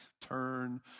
turn